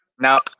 Now